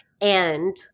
And-